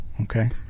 okay